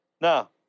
now